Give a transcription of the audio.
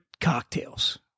cocktails